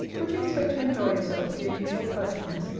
would you expect to enjoy yourself with your usual placidness,